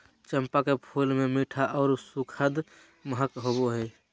चंपा के फूल मे मीठा आर सुखद महक होवो हय